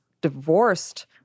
divorced